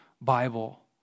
Bible